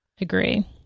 agree